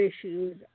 issues